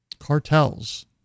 Cartels